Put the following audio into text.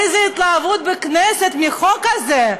איזה התלהבות בכנסת מהחוק הזה.